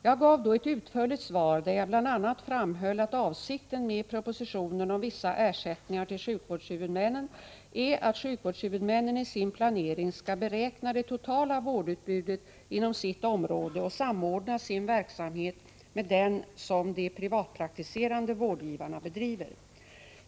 Jag gav då ett utförligt svar där jag bl.a. framhöll att avsikten med propositionen om vissa ersättningar till sjukvårdshuvudmännen är att sjukvårdshuvudmännen i sin planering skall beräkna det totala vårdutbudet inom sitt område och samordna sin verksamhet med den som de privatpraktiserande vårdgivarna bedriver.